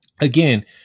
again